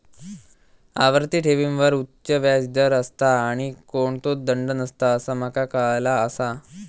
आवर्ती ठेवींवर उच्च व्याज दर असता आणि कोणतोच दंड नसता असा माका काळाला आसा